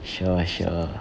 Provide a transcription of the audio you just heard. sure sure